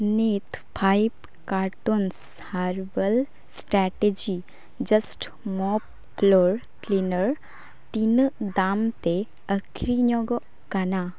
ᱱᱤᱛ five cartons herbal strategy just mop floor cleaner ᱛᱤᱱᱟᱹᱜ ᱫᱟᱢᱛᱮ ᱟᱹᱠᱷᱨᱤᱧᱚᱜᱚᱜ ᱠᱟᱱᱟ